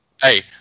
hey